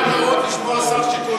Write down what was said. חשוב מאוד לשמוע שר שיכון לשעבר.